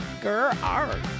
Girl